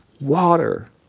water